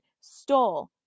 stole